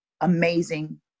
amazing